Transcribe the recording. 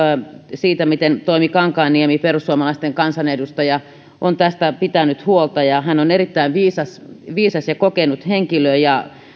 siitä miten toimi kankaanniemi perussuomalaisten kansanedustaja on tästä pitänyt huolta hän on erittäin viisas viisas ja kokenut henkilö ja